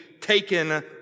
taken